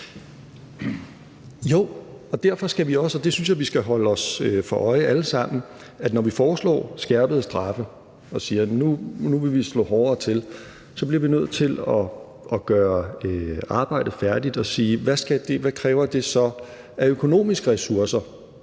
Jo, og derfor synes jeg også, at vi alle sammen skal holde os for øje, at når vi foreslår skærpede straffe og siger, at nu vil vi slå hårdere ned på det, så bliver vi nødt til at gøre arbejdet færdigt og spørge, hvad det så f.eks. kræver af økonomiske ressourcer